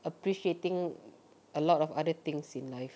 appreciating a lot of other things in life